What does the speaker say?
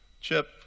Chip